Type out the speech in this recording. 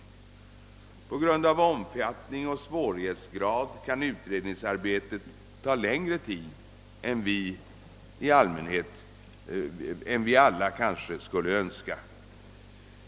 På grund av omfattningen och svårighetsgraden kan utredningsarbetet ta längre tid än vi alla kanske skulle önska.